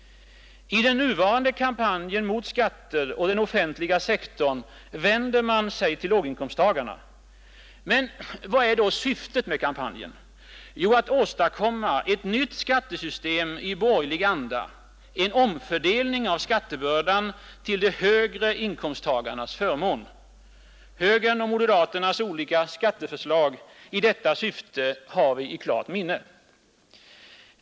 I den nuvarande kampanjen mot skatter och den offentliga sektorn vänder man sig till låginkomsttagarna. Men vad är då syftet med kampanjen? Jo, att åstadkomma ett nytt skattesystem i borgerlig anda och en omfördelning av skattebördan till de högre inkomsttagarnas förmån. Högerns och moderaternas olika skatteförslag i detta syfte har vi i klart minne.